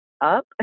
up